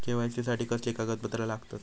KYC साठी कसली कागदपत्र लागतत?